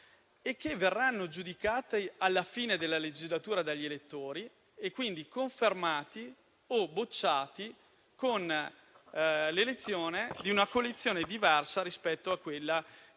e che verranno giudicati alla fine della legislatura dagli elettori e quindi confermati o bocciati con l'elezione di una coalizione diversa rispetto a quella